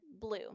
blue